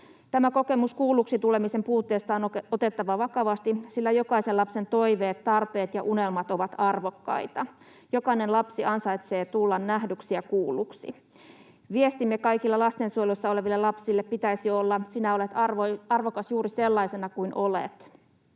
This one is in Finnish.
Tämä kokemus kuulluksi tulemisen puutteesta on otettava vakavasti, sillä jokaisen lapsen toiveet, tarpeet ja unelmat ovat arvokkaita. Jokainen lapsi ansaitsee tulla nähdyksi ja kuulluksi. Viestimme kaikille lastensuojelussa oleville lapsille pitäisi olla: sinä olet arvokas juuri sellaisena kuin olet.